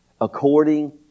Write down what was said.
according